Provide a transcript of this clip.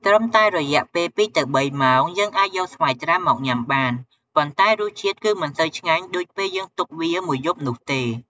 ត្រឹមតែរយៈពេល ២ទៅ៣ម៉ោង យើងអាចយកស្វាយត្រាំមកញុំាបាន ប៉ុន្តែរសជាតិគឺមិនសូវឆ្ងាញ់ដូចពេលយើងទុកវាមួយយប់នោះទេ។